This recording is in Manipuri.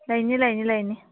ꯂꯩꯅꯤ ꯂꯩꯅꯤ ꯂꯩꯅꯤ